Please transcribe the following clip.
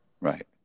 Right